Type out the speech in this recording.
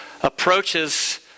approaches